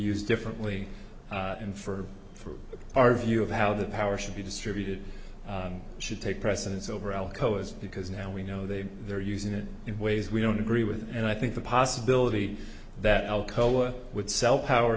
used differently and for for our view of how the power should be distributed should take precedence over alcoa's because now we know they are using it in ways we don't agree with and i think the possibility that alcoa would sell power